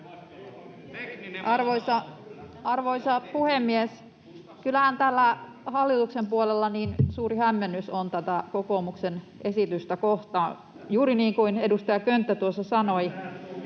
Arvoisa puhemies! Kyllähän täällä hallituksen puolella suuri hämmennys on tätä kokoomuksen esitystä kohtaan, juuri niin kuin edustaja Könttä tuossa sanoi.